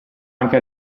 anche